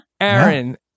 Aaron